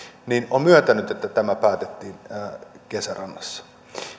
on myöntänyt tämä päätettiin kesärannassa